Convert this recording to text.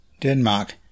Denmark